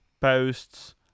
posts